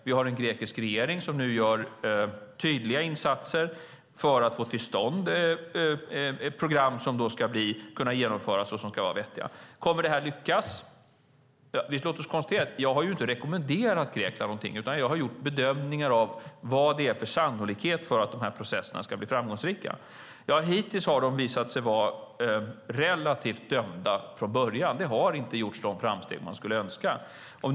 Vi har en grekisk regering som nu gör tydliga insatser för att få till stånd ett program som ska genomföras och som ska vara vettigt. Kommer detta att lyckas? Låt oss konstatera att jag ju inte har rekommenderat Grekland någonting, utan jag har gjort bedömningar av hur sannolikt det är att de här processerna ska bli framgångsrika. Hittills har de visat sig vara relativt dömda från början. De framsteg man skulle önska har inte gjorts.